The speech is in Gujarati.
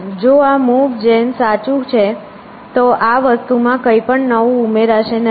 જો આ મૂવ જેન સાચું છે તો આ વસ્તુમાં કંઈપણ નવું ઉમેરાશે નહીં